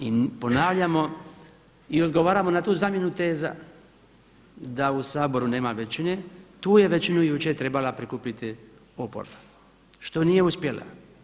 I ponavljamo i odgovaramo na tu zamjenu teza da u Saboru nema većine, tu je većinu jučer trebala prikupiti oporba, što nije uspjela.